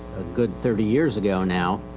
a good thirty years ago now,